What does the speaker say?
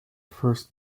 first